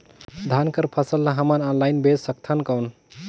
धान कर फसल ल हमन ऑनलाइन बेच सकथन कौन?